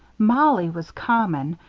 mollie was common,